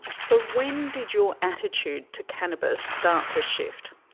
so when did your attitude to cannabis start to shift?